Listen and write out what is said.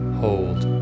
hold